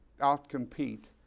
out-compete